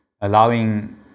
allowing